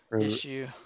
issue